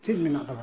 ᱪᱤᱫ ᱢᱮᱱᱟᱜ ᱛᱟᱵᱚᱱᱟ